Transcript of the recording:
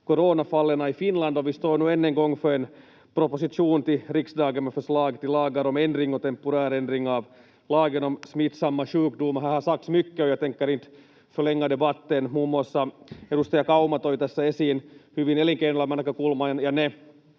coronafallen i Finland, och vi står nu än en gång för en proposition till riksdagen med förslag till lagar om ändring och temporär ändring av lagen om smittsamma sjukdomar. Här har sagts mycket och jag tänker inte förlänga debatten. Muun muassa edustaja Kauma toi hyvin esiin elinkeinoelämän näkökulman